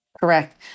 Correct